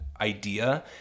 idea